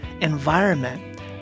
environment